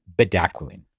bedaquiline